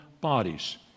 bodies